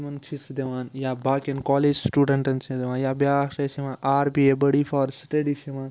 تِمَن چھِ سُہ دِوان یا باقیَن کالیج سٹوٗڈَنٹَن چھِ دِوان یا بیٛاکھ چھِ اَسہِ یِوان آر بی اے بٔڑی فار سٹٮ۪ڈی چھِ یِوان